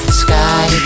sky